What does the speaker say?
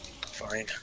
Fine